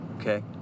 okay